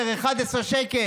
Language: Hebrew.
10, 11 שקל.